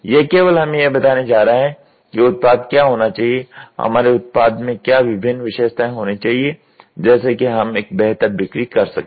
यह केवल हमें यह बताने जा रहा है कि उत्पाद क्या होना चाहिए हमारे उत्पाद में क्या विभिन्न विशेषताएं होनी चाहिए जैसे कि हम एक बेहतर बिक्री कर सकें